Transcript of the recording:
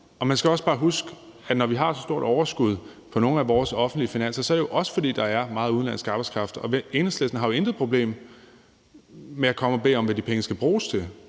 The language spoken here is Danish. Man skal også bare huske, når vi har stort overskud på nogle af vores offentlige finanser, er det jo også, fordi der er meget udenlandsk arbejdskraft, og Enhedslisten har jo intet problem med at komme og bede om noget, de penge skal bruges til.